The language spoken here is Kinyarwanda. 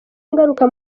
ngaruka